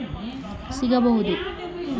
ಸ್ವಲ್ಪ ಕಾಲ ಅವಕಾಶ ಸಿಗಬಹುದಾ?